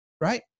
right